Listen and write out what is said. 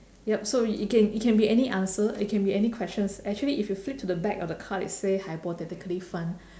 yup so it can it can be any answer it can be any questions actually if you flip to the back of the card it say hypothetically fun